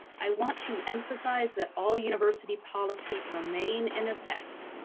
i want to emphasize that all university policies remain in effect.